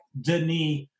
Denis